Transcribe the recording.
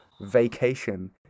vacation